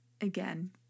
again